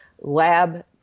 lab